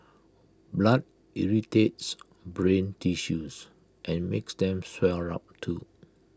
blood irritates brain tissues and makes them swell up too